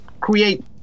create